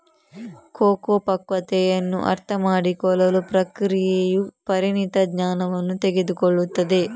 cocoa ಪಕ್ವತೆಯನ್ನು ಅರ್ಥಮಾಡಿಕೊಳ್ಳಲು ಪ್ರಕ್ರಿಯೆಯು ಪರಿಣಿತ ಜ್ಞಾನವನ್ನು ತೆಗೆದುಕೊಳ್ಳುತ್ತದೆ